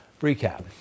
Recap